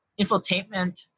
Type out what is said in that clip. infotainment